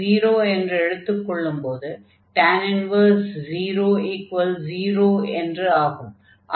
y0 என்று எடுத்துக் கொள்ளும்போது 0 என்று ஆகும்